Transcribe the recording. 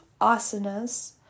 asanas